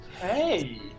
Hey